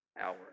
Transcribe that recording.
hour